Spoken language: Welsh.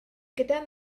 gyda